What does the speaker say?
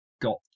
got